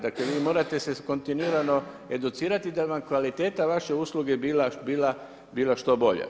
Dakle, vi morate se kontinuirano educirati da bi vam kvaliteta vaše usluge bila što bolja.